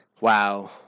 wow